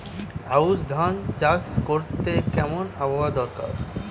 আউশ ধান চাষ করতে কেমন আবহাওয়া দরকার?